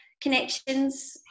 connections